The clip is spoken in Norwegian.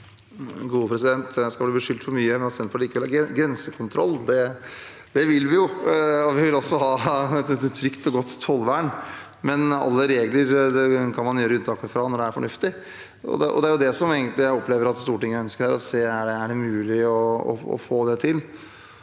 En skal bli beskyldt for mye, men at Senterpartiet ikke vil ha grensekontroll – det vil vi jo, og vi vil også ha et trygt og godt tollvern. Men alle regler kan man gjøre unntak fra når det er fornuftig, og det er det jeg opplever at Stortinget ønsker her, å se om det er mulig å få det til.